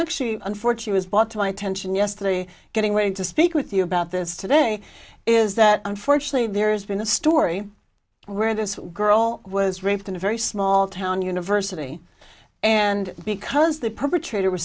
actually unfortunately bought to my attention yesterday getting ready to speak with you about this today is that unfortunately there's been a story where this girl was raped in a very small town university and because the perpetrator w